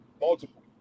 Multiple